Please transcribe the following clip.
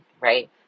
right